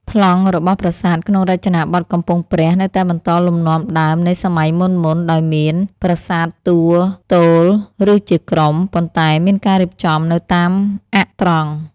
ប្លង់របស់ប្រាសាទក្នុងរចនាបថកំពង់ព្រះនៅតែបន្តលំនាំដើមនៃសម័យមុនៗ ដោយមាន ប្រាសាទតួទោល ឬជាក្រុម ប៉ុន្តែមានការរៀបចំនៅតាមអ័ក្សត្រង់។